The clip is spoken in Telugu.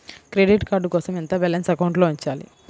క్రెడిట్ కార్డ్ కోసం ఎంత బాలన్స్ అకౌంట్లో ఉంచాలి?